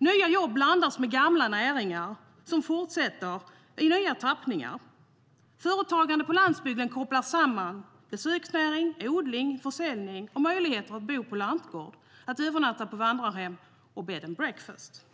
Nya jobb blandas med gamla näringar som fortsätter i nya tappningar. Företagande på landsbygden kopplar samman besöksnäring, odling, försäljning och möjligheten till att bo på lantgård, att övernatta på vandrarhem och bed and breakfast.